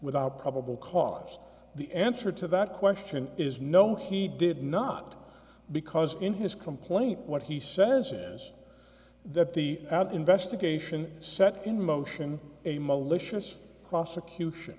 without probable cause the answer to that question is no he did not because in his complaint what he says is that the out investigation set in motion a malicious prosecution